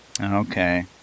Okay